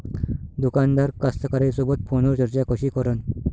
दुकानदार कास्तकाराइसोबत फोनवर चर्चा कशी करन?